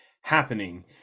happening